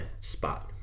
spot